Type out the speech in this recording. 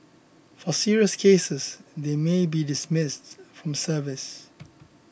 for serious cases they may be dismissed from service